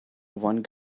one